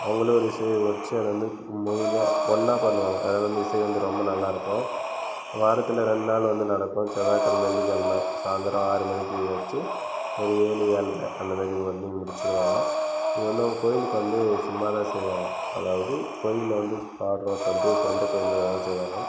அவங்களே வந்து சே வச்சு அதை வந்து ஒன்னா பண்ணுவாங்கள் அதனால் அந்த இசை வந்து ரொம்ப நல்லாருக்கும் வாரத்தில் ரெண்டு நாள் வந்து நடக்கும் செவ்வாய் கிழம வெள்ளி கிழம சாந்திரம் ஆறு மணிக்கு வச்சு ஒரு ஏழு ஏழ்ர அந்தமாரி உட்னே முடிச்சுருவாங்க இது வந்து அவங்க கோயிலுக்கு வந்து சும்மாதான் செய்வாங்கள் அதாவது கோவிலில் வந்து பாட்றோ சொல்லிட்டு செய்வாங்கள்